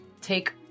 take